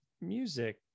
music